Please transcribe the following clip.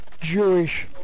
Jewish